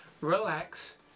Relax